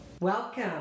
Welcome